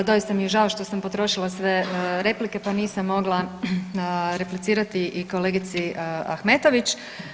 Doista mi je žao što sam potrošila sve replike pa nisam mogla replicirati i kolegici Ahmetović.